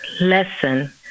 lesson